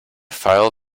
file